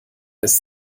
ist